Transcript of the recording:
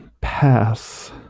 pass